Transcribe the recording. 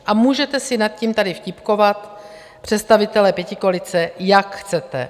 A můžete si nad tím tady vtipkovat, představitelé pětikoalice, jak chcete.